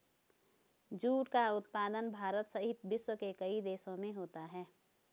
jute का उत्पादन भारत सहित विश्व के कई देशों में होता है